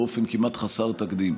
באופן כמעט חסר תקדים.